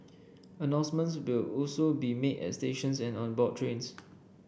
announcements will also be made at stations and on board trains